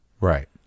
Right